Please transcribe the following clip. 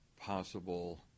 possible